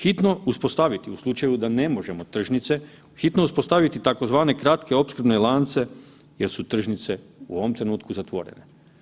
Hitno uspostaviti u slučaju da ne možemo tržnice, hitno uspostaviti tzv. kratke opskrbne lance jer su tržnice u ovom trenutku zatvorene.